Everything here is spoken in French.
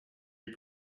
est